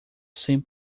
sem